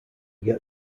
get